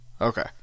Okay